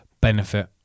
benefit